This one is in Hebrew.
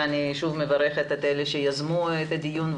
ואני שוב מברכת את אלה שיזמו את הדיון,